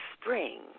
spring